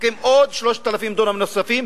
מפקיעים 3,000 דונם נוספים,